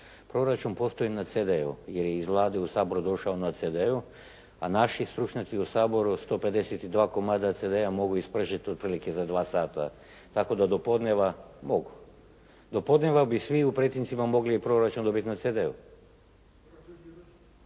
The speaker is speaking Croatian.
Proračun postoji na CD-u jer je iz Vlade u Sabor došao na CD-u, a naši stručnjaci u Saboru 152 komada CD-a mogu ispržit otprilike za dva sata tako da do podneva mogu. Do podneva bi svi u pretincima mogli proračun dobit na CD-u.